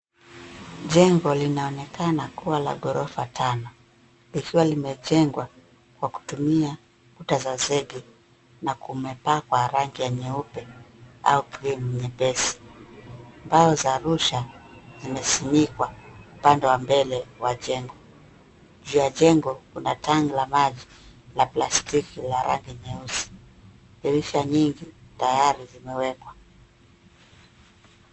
Jengo linaonekana kuwa la ghorofa Tano. Likiwa limejengwa kwa kutumia Kuta za sege na kumepakwa rangi ya nyeupe au krimu nyepesi. Mbao za Arusha zimezimikwa pande mbele ya jengo. Juu ya jengo Kuna tangi la maji la plastiki la rangi nyeusi. Dirisha nyingi tayari zimewekwa.